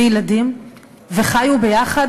וחיו ביחד,